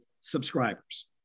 subscribers